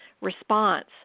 response